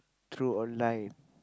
through online